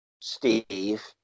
Steve